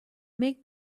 make